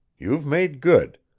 you've made good.